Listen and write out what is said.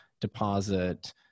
deposit